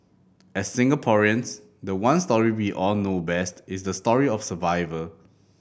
as Singaporeans the one story we all know best is the story of survival